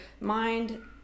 mind